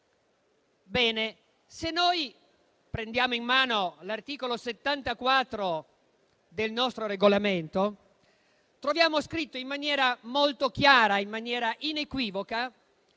Se prendiamo in mano l'articolo 74 del Regolamento, troviamo scritto in maniera molto chiara e inequivoca